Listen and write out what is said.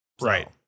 Right